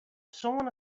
sân